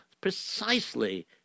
precisely